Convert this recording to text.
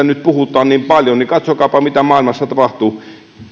nyt puhutaan niin paljon niin katsokaapa mitä maailmassa tapahtuu